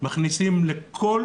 מכניסים לכל